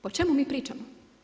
O čemu mi pričamo?